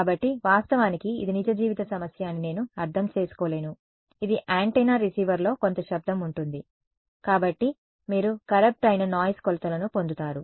కాబట్టి వాస్తవానికి ఇది నిజ జీవిత సమస్య అని నేను అర్థం చేసుకోలేను ఇది యాంటెన్నా రిసీవర్లో కొంత శబ్దం ఉంటుంది కాబట్టి మీరు కరప్ట్ అయిన నాయిస్ కొలతలను పొందుతారు